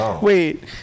Wait